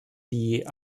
die